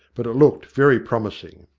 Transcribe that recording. but it looked very promising.